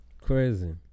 Crazy